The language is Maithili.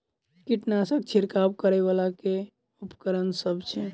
कीटनासक छिरकाब करै वला केँ उपकरण सब छै?